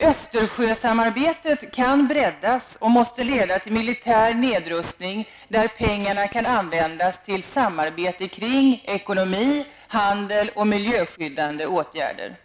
Östersjösamarbetet kan breddas och måste leda till militär nedrustning, så att pengarna kan användas till samarbete kring ekonomi, handel och miljöskyddande åtgärder.